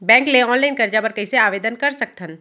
Bank ले online करजा बर कइसे आवेदन कर सकथन?